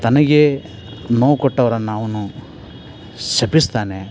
ತನಗೆ ನೋವು ಕೊಟ್ಟವ್ರನ್ನು ಅವನು ಶಪಿಸ್ತಾನೆ